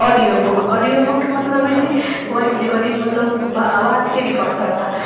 audio book audio book मतलब होइ छै वॉइस रिकॉर्डिंङ्ग मतलब आवाजके रिकॉर्ड करना हम